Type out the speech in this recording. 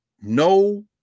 no